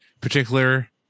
particular